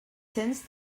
cents